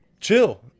chill